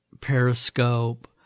Periscope